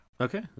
Okay